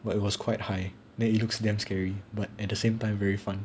but it was quite high man it looks damn scary but at the same very fun